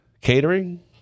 Catering